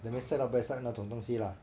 你们 set up website 那种东西啦